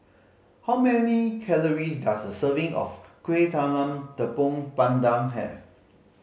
how many calories does a serving of Kueh Talam Tepong Pandan have